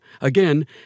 Again